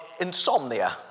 insomnia